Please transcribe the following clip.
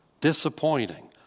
disappointing